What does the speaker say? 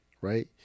right